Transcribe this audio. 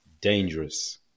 Dangerous